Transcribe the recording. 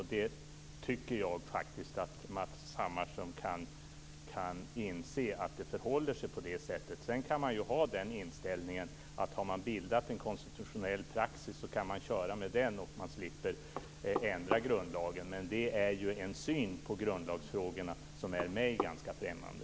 Matz Hammarström kan inse att det förhåller sig så. Sedan går det att ha inställningen att om det har bildats en konstitutionell praxis går det att hävda den, så slipper man ändra grundlagen. Det är en syn på grundlagsfrågorna som är mig främmande.